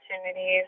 opportunities